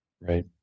right